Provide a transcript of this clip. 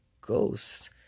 Ghost